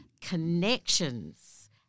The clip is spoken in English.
connections